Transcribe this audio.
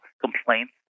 complaints